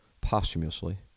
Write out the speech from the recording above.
posthumously